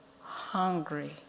hungry